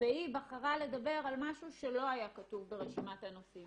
והיא בחרה לדבר על משהו שלא היה כתוב ברשימת הנושאים.